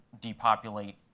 depopulate